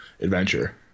adventure